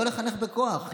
לא לחנך בכוח.